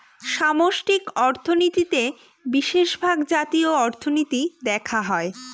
সামষ্টিক অর্থনীতিতে বিশেষভাগ জাতীয় অর্থনীতি দেখা হয়